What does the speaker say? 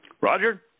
Roger